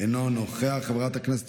אינו נוכח, חבר הכנסת